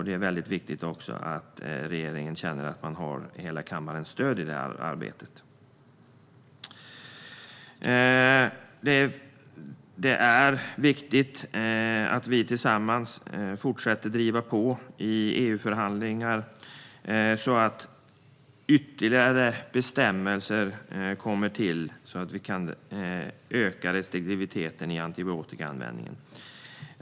Det är också viktigt att regeringen känner att den har hela kammarens stöd i det arbetet. Det är viktigt att vi tillsammans fortsätter driva på i EU-förhandlingar för ytterligare bestämmelser och så att vi kan öka restriktiviteten i fråga om antibiotikaanvändningen.